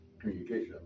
communication